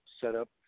setup